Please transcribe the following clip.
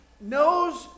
knows